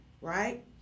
right